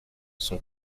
son